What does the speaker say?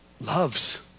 loves